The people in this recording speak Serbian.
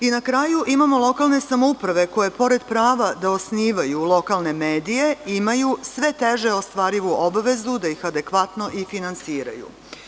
I na kraju, imamo lokalne samouprave koje pored prava da osnivaju lokalne medije, imaju sve teže ostvarivu obavezu da ih adekvatno i finansiraju.